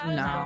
no